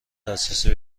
دسترسی